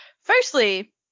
firstly